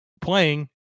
playing